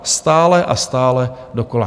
Stále a stále dokola.